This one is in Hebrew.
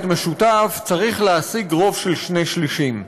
משותף צריך להשיג רוב של שני שלישים.